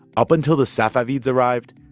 up until the safavids arrived,